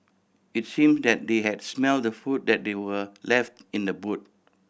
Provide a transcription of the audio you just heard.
it's seem that they had smelt the food that they were left in the boot